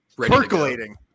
percolating